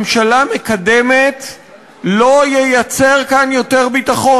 יותר נשק ברחובות זה יותר תאונות,